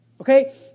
Okay